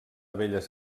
belles